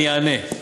אני אענה.